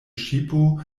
ŝipo